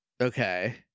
Okay